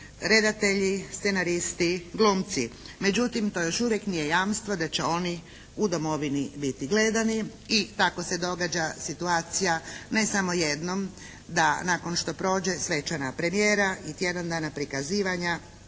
redatelji, scenaristi, glumci. Međutim, to još uvijek nije jamstvo da će oni u domovini biti gledani. I tako se događa situacija ne samo jednom da nakon što prođe svečana premijera i tjedan dana prikazivanja